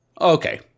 Okay